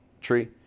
tree